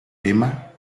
emma